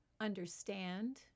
understand